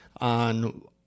on